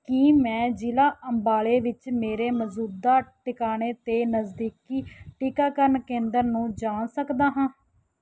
ਕੀ ਮੈਂ ਜ਼ਿਲ੍ਹਾ ਅੰਬਾਲੇ ਵਿੱਚ ਮੇਰੇ ਮੌਜੂਦਾ ਟਿਕਾਣੇ ਦੇ ਨਜ਼ਦੀਕੀ ਟੀਕਾਕਰਨ ਕੇਂਦਰ ਨੂੰ ਜਾਣ ਸਕਦਾ ਹਾਂ